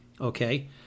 Okay